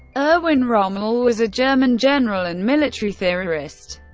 erwin rommel was a german general and military theorist.